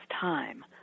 time